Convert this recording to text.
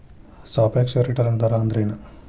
ಸಾಪೇಕ್ಷ ರಿಟರ್ನ್ ದರ ಅಂದ್ರೆನ್